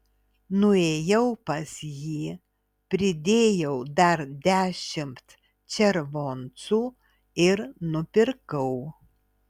nuėjau pas jį pridėjau dar dešimt červoncų ir nupirkau